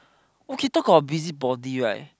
okay talk about busy body right